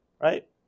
right